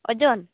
ᱳᱡᱚᱱ